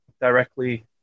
directly